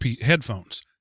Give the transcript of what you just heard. headphones